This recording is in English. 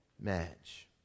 match